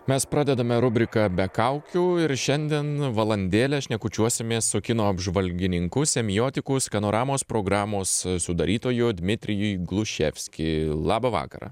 mes pradedame rubriką be kaukių ir šiandien valandėlę šnekučiuosimės su kino apžvalgininku semiotiku skanoramos programos sudarytoju dmitrijij glušefski labą vakarą